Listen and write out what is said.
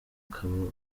ukaba